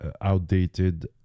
outdated